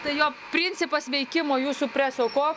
tai jo principas veikimo jūsų preso koks